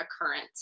occurrence